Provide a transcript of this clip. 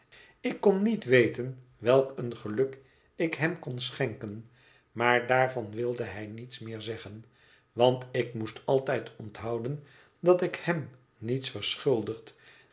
ik kon niet weten welk een geluk ik hem kon schenken maar daarvan wilde hij niets meer zeggen want ik moest altijd onthouden dat ik hem niets verschuldigd